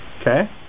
okay